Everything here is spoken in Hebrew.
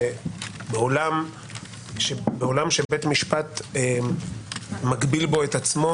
שבעולם שבו בית משפט מגביל את עצמו,